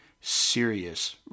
serious